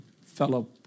fellow